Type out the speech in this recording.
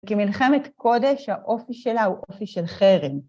כי מלחמת קודש, האופי שלה הוא אופי של חרם.